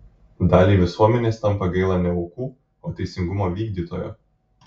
daliai visuomenės tampa gaila ne aukų o teisingumo vykdytojo